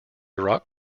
rock